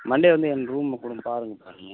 Monday வந்து என் room கூட பாருங்கப்பா நீங்கள்